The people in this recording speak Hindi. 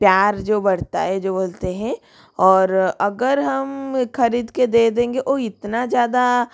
प्यार जो बढ़ता है जो बोलते हैं और अगर हम ख़रीद के दें देंगे वो इतना ज़्यादा